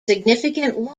significant